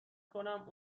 کنم